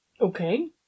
Okay